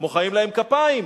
מוחאים להם כפיים.